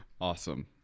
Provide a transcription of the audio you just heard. Awesome